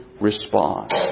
respond